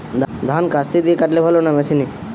ধান কাস্তে দিয়ে কাটলে ভালো না মেশিনে?